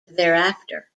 thereafter